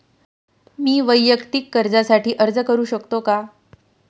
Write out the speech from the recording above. मी वैयक्तिक कर्जासाठी अर्ज करू शकतो का?